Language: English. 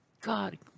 God